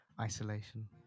Isolation